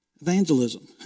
Evangelism